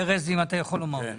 ארז, האם אתה יכול לומר לנו?